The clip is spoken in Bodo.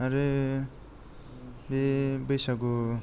आरो बे बैसागु